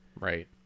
Right